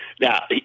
Now